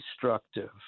destructive